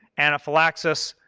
anaphylaxis,